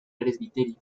presbiterio